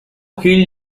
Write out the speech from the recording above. gil